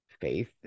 faith